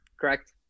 correct